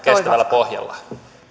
pohjalla